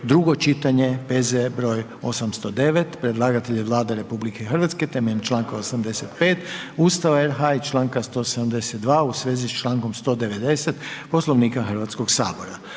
drugo čitanje, P.Z. broj 808 Predlagatelj je Vlada RH temeljem Članka 85. Ustava RH i Članka 172. u svezi s Člankom 190. Poslovnika Hrvatskog sabora.